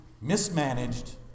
mismanaged